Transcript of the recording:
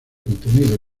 contenido